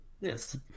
Yes